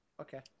Okay